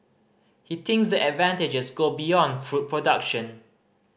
he thinks the advantages go beyond food production